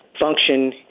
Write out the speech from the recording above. function